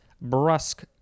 brusque